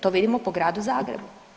To vidimo po Gradu Zagrebu.